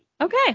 Okay